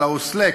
על העוסק,